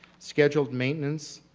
scheduled maintenance,